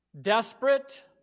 Desperate